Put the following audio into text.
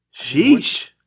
Sheesh